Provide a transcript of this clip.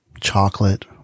chocolate